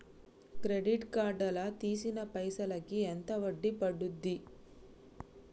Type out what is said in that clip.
Credit card లా తీసిన పైసల్ కి ఎంత వడ్డీ పండుద్ధి?